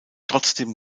trotzdem